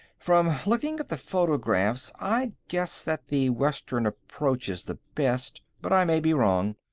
from looking at the photographs, i'd guess that the western approach is the best. but i may be wrong.